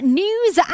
news